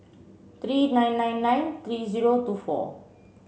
three nine nine nine three zero two four